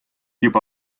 juba